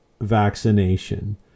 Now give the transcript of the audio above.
vaccination